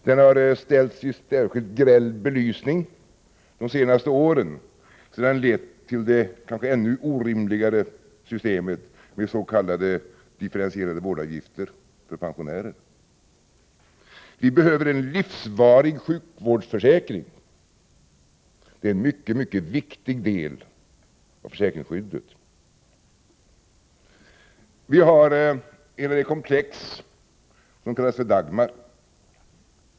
Den har ställts i särskilt gräll belysning under de senaste åren, sedan den lett till det kanske ännu orimligare systemet med s.k. differentierade vårdavgifter för pensionärer. Vi behöver en livsvarig sjukvårdsförsäkring. Den är en utomordentligt viktig del av sjukförsäkringsskyddet. Så har vi hela det komplex som kallas för Dagmar.